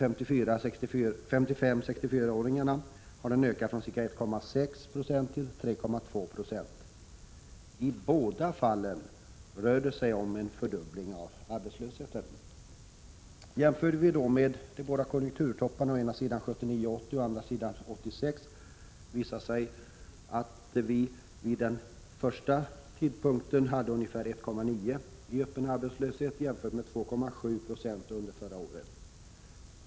För 55-64-åringarna har den ökat från ca 1,6 Yo till 3,2 90. I båda fallen rör det sig om en fördubbling av arbetslösheten. Jämför vi då de båda konjunkturtopparna, å ena sidan 1979/80 och å andra sidan 1986, visar det sig att vi vid den första tidpunkten hade ungefär 1,9 90 i öppen arbetslöshet, jämfört med 2,7 90 under förra året.